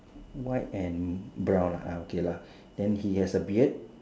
white and brown lah okay lah then he has a beard